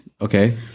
Okay